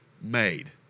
made